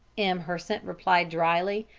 m. hersant replied drily.